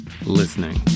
listening